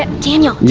and daniel,